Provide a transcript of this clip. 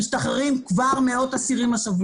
משתחררים כבר מאות אסירים השבוע.